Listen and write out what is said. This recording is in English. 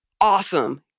awesome